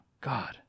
God